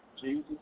Jesus